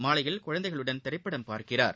மாலையில் குழந்தைகளுடன் திரைப்படம் பார்க்கிறார்